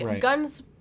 Guns